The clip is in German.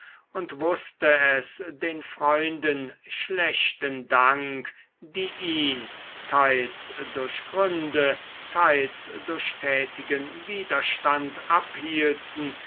und wußte es den freunden schlechten dank die ihn teils durch gründe teils durch tätigen widerstand abhielten